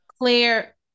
claire